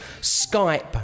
Skype